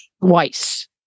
twice